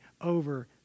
over